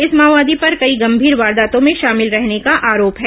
इस माओवादी पर कई गंमीर वारदातों में शामिल रहने का आरोप है